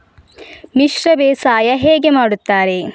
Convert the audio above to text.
ಮಿಶ್ರ ಬೇಸಾಯ ಹೇಗೆ ಮಾಡುತ್ತಾರೆ?